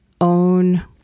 own